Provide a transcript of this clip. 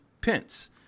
Pence